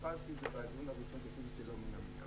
התחלתי את זה בדיון הראשון שעשיתי שלא מן המניין.